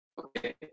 Okay